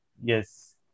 Yes